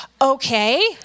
Okay